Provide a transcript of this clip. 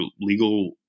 legal